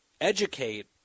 educate